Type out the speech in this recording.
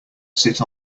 sit